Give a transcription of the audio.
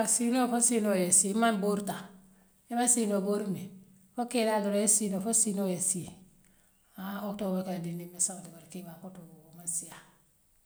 Kaa siinoo fo siinoo yee sii i maŋ bori taa imaŋ siinoo bori miŋ foo kee laa doroŋ yee siinoo fo siinoo yee sii hann woo to wool kaye dindiŋ meseenŋoo de bare keebaa kotoo woo man siyaa.